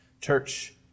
Church